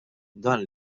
dan